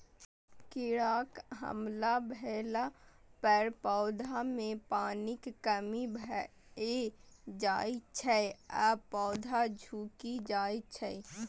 कीड़ाक हमला भेला पर पौधा मे पानिक कमी भए जाइ छै आ पौधा झुकि जाइ छै